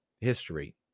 history